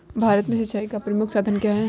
भारत में सिंचाई का प्रमुख साधन क्या है?